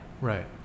right